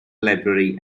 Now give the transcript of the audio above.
library